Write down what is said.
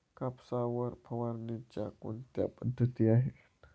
कापसावर फवारणीच्या कोणत्या पद्धती आहेत?